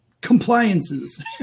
compliances